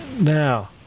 Now